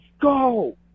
go